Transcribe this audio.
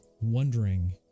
wondering